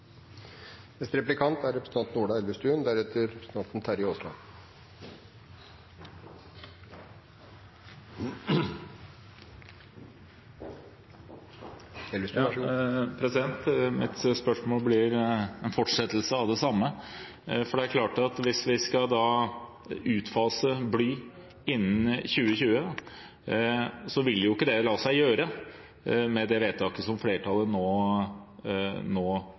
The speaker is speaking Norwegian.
Mitt spørsmål blir en fortsettelse av det samme. Hvis vi skal utfase bly innen 2020, vil ikke det la seg gjøre med det vedtaket som flertallet nå gjør. Da blir mitt spørsmål: Når den handlingsplanen legges fram, vil statsråden i forbindelse med handlingsplanen igjen vurdere et forbud mot blyhagl? Nå